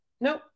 Nope